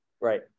Right